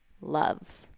love